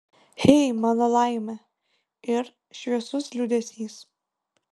hey mano laime ir šviesus liūdesys